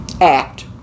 act